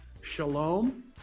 Shalom